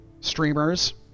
streamers